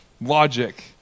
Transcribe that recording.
logic